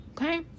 okay